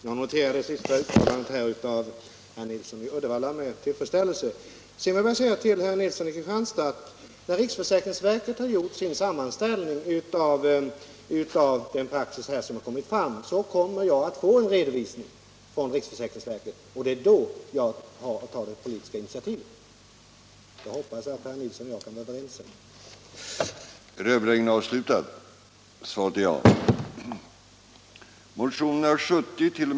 Herr talman! Jag noterar det sista uttalandet av herr Nilsson i Uddevalla med tillfredsställelse. Sedan vill jag säga till herr Nilsson i Kristianstad att när riksförsäkringsverket har gjort sin sammanställning av den praxis som föreligger kommer jag att få en redovisning från riksförsäkringsverket. Det är då jag har att ta det politiska initiativet. Jag hoppas att herr Nilsson i Kristianstad och jag kan vara överens om det.